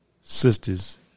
sisters